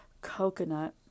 Coconut